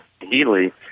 Healy